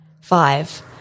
Five